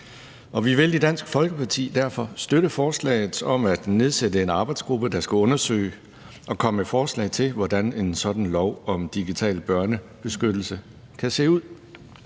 vi vil i Dansk Folkeparti derfor støtte forslaget om at nedsætte en arbejdsgruppe, der skal undersøge og komme med forslag til, hvordan en sådan lov om digital børnebeskyttelse kan se ud.